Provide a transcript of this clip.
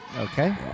Okay